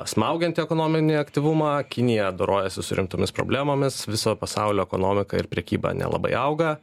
smaugianti ekonominį aktyvumą kinija dorojasi su rimtomis problemomis viso pasaulio ekonomika ir prekyba nelabai auga